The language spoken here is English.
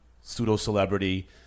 pseudo-celebrity